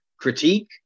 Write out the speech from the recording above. critique